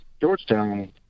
georgetown